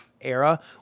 era